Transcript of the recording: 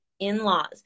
in-laws